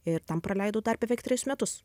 ir ten praleidau dar beveik trejus metus